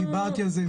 דיברתי על זה.